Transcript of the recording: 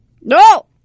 No